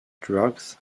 drought